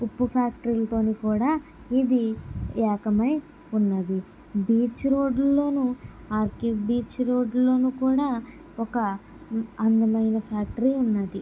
ఉప్పు ఫ్యాక్టరీలతోని కూడా ఇది ఏకమై ఉన్నది బీచ్ రోడ్డులోను ఆర్కే బీచ్ రోడ్డులోను కూడా ఒక అందమైన ఫ్యాక్టరీ ఉన్నది